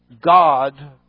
God